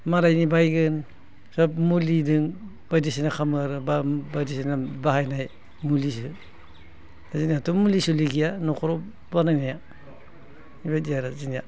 मालायनि बायगोन सोब मुलिजों बायदिसिना खालामो आरो एबा बायदिसिना बाहायनाय मुलिजों जोंनाथ' मुलि सुलि गैया न'खराव बानायनाया बेबायदि आरो जोंना